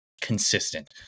consistent